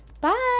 Bye